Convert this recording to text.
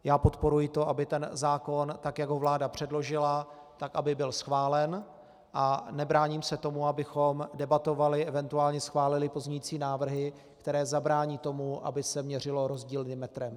Já podporuji to, aby ten zákon, tak jak ho vláda předložila, aby byl schválen, a nebráním se tomu, abychom debatovali, eventuálně schválili pozměňující návrhy, které zabrání tomu, aby se měřilo rozdílným metrem.